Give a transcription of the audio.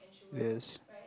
yes